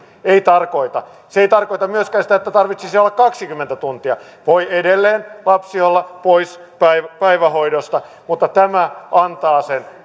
varhaiskasvatuksessa ei tarkoita se ei tarkoita myöskään sitä että tarvitsisi olla kaksikymmentä tuntia edelleen lapsi voi olla pois päivähoidosta mutta tämä antaa sen